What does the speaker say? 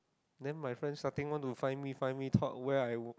then my friend starting want to find me find me thought where I